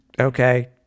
okay